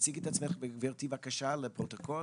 תציגי את עצמך בבקשה גברתי לפרוטוקול,